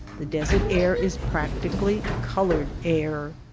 the desert air is practically colored air.